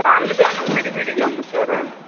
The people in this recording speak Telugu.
థాన్లుగానా విడి విడిగా అమ్ముతారా